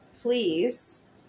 please